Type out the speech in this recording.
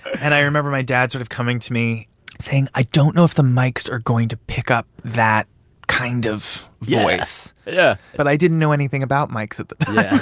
and i remember my dad sort of coming to me saying, i don't know if the mics are going to pick up that kind of voice yeah. yeah but i didn't know anything about mics at the time yeah.